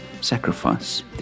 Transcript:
sacrifice